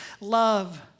love